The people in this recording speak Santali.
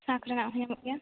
ᱥᱟᱸᱠ ᱨᱮᱭᱟᱜ ᱦᱚᱸ ᱧᱟᱢᱚᱜ ᱜᱮᱭᱟ